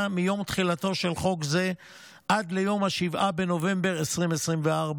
מיום תחילתו של חוק זה עד ליום 7 בנובמבר 2024,